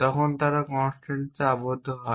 তখন তারা কনস্ট্যান্সে আবদ্ধ হবে